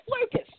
Lucas